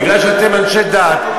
מכיוון שאתם אנשי דת,